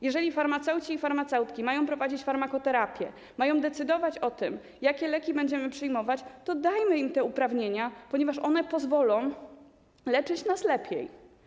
Jeżeli farmaceuci i farmaceutki mają prowadzić farmakoterapię, mają decydować o tym, jakie leki będziemy przyjmować, to dajmy im te uprawnienia, ponieważ one pozwolą leczyć nas lepiej.